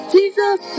Jesus